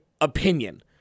opinion